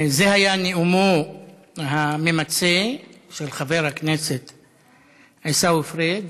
זה היה נאומו הממצה של חבר הכנסת עיסאווי פריג'.